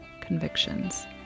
convictions